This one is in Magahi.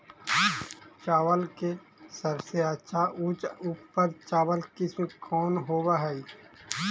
चावल के सबसे अच्छा उच्च उपज चावल किस्म कौन होव हई?